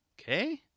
Okay